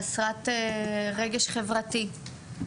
חסרת רגש חברתי,